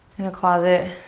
in a closet,